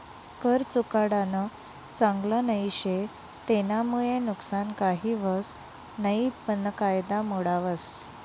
कर चुकाडानं चांगल नई शे, तेनामुये नुकसान काही व्हस नयी पन कायदा मोडावस